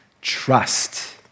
Trust